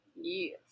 Yes